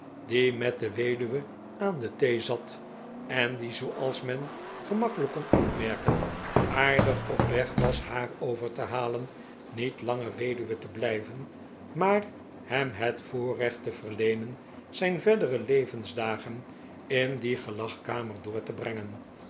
die met de weduwe aan de thee zat en die zooals men gemakkelijk kon opmerken aardig op weg was haar over te halen niet langer weduwe te blijven maar hem het voorrecht te verleenen zijn verdere levensdagen in die gelagkamer door te brengen